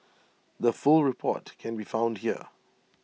the full report can be found here